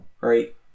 Right